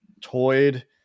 toyed